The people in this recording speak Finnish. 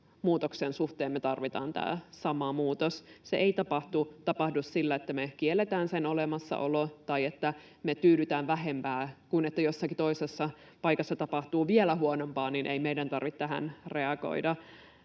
suhteen me tarvitaan tämä sama muutos. Se ei tapahdu sillä, että me kielletään sen olemassaolo tai että me tyydytään vähempään — että kun jossakin toisessa paikassa tapahtuu vielä huonompaa, niin ei meidän tarvitse tähän reagoida.